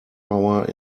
power